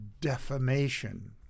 defamation